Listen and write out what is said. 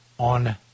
On